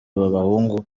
bahungu